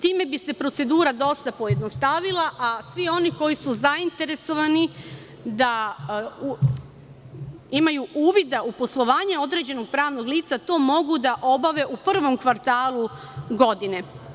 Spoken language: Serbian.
Time bi se procedura dosta pojednostavila, a svi oni koji su zainteresovani da imaju uvida u poslovanje određenog pravnog lica, to mogu da obave u prvom kvartalu godine.